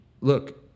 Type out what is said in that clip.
look